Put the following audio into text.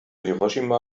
hiroshima